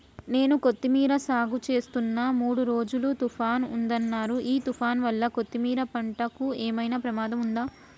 నేను కొత్తిమీర సాగుచేస్తున్న మూడు రోజులు తుఫాన్ ఉందన్నరు ఈ తుఫాన్ వల్ల కొత్తిమీర పంటకు ఏమైనా ప్రమాదం ఉందా?